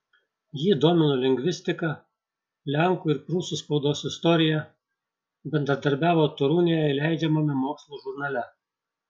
jį domino lingvistika lenkų ir prūsų spaudos istorija bendradarbiavo torūnėje leidžiamame mokslo žurnale